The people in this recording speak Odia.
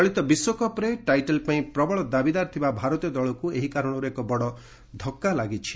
ଚଳିତ ବିଶ୍ୱକପ୍ରେ ଟାଇଟଲ ପାଇଁ ପ୍ରବଳ ଦାବିଦାର ଥିବା ଭାରତୀୟ ଦଳକୁ ଏହି କାରଣରୁ ଏକ ବଡ ଧକ୍କା ଲାଗିଛି